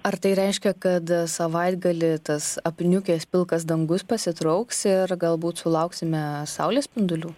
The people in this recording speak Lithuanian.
ar tai reiškia kad savaitgalį tas apniukęs pilkas dangus pasitrauks ir galbūt sulauksime saulės spindulių